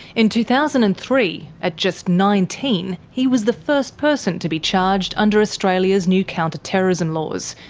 in two thousand and three, at just nineteen he was the first person to be charged under australia's new counter-terrorism laws,